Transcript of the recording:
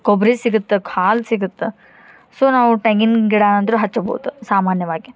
ಕೊಬ್ಬರಿ ಸಿಗತ್ತೆ ಹಾಲು ಸಿಗತ್ತೆ ಸೊ ನಾವು ತೆಂಗಿನ್ ಗಿಡ ಅಂದ್ರು ಹಚ್ಚಬೋದು ಸಾಮಾನ್ಯವಾಗಿ